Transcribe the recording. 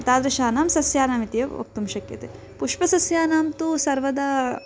तादृशानां सस्यानामित्येव वक्तुं शक्यते पुष्पसस्यानां तु सर्वदा